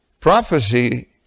prophecy